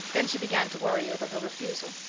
then she began to worry over her refusal.